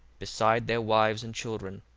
beside their wives and children.